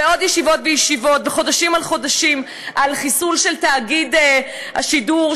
ועוד ישיבות וישיבות וחודשים על חודשים על חיסול של תאגיד השידור,